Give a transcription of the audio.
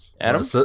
Adam